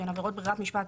שהן עבירות ברירת משפט,